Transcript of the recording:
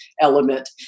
element